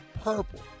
purple